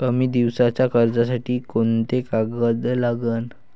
कमी दिसाच्या कर्जासाठी कोंते कागद लागन?